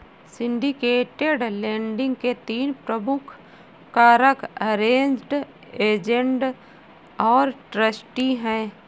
syndicated lending के तीन प्रमुख कारक अरेंज्ड, एजेंट और ट्रस्टी हैं